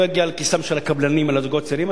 יגיע לכיסם של הקבלנים אלא לזוגות הצעירים,